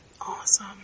Awesome